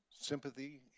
sympathy